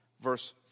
Verse